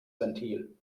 ventil